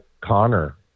Connor